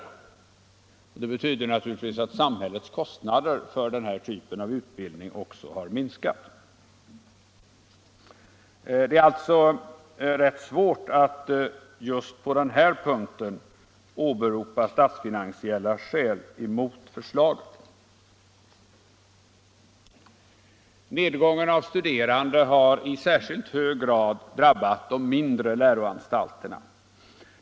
Det betyder naturligtvis att samhällets kostnader för denna typ av utbildning också har minskat. — Det är alltså rätt svårt att just på den punkten åberopa statsfinansiella skäl mot förslaget. Nedgången av antalet studerande har i särskilt hög grad drabbat de mindre läroanstalterna.